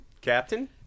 Captain